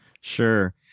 Sure